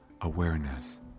awareness